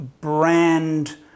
brand